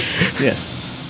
Yes